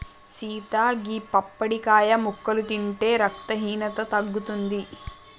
సీత గీ పప్పడికాయ ముక్కలు తింటే రక్తహీనత తగ్గుతుంది